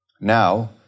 Now